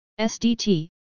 SDT